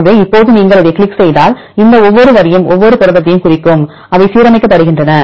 எனவே இப்போது நீங்கள் இதைக் கிளிக் செய்தால் இந்த ஒவ்வொரு வரியும் ஒவ்வொரு புரதத்தையும் குறிக்கும் அவை சீரமைக்கப்படுகின்றன